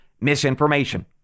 misinformation